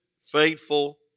faithful